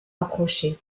approcher